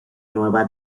nueva